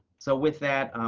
so with that,